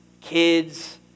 kids